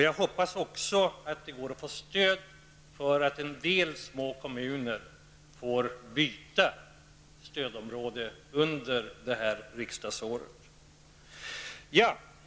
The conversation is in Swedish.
Jag hoppas också att det går att få stöd för att en del små kommuner får byta stödområde under det här riksdagsåret.